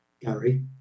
Gary